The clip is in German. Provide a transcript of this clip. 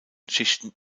schichten